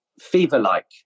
fever-like